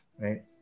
right